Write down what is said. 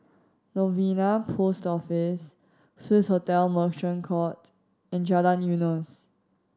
Novena Post Office Swissotel Merchant Court and Jalan Eunos